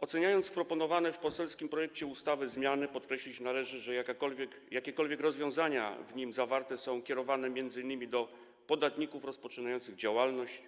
Oceniając proponowane w poselskim projekcie ustawy zmiany, należy podkreślić, że jakiekolwiek rozwiązania w nim zawarte są kierowane m.in. do podatników rozpoczynających działalność,